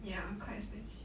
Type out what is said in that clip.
ya quite expensive